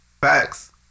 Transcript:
Facts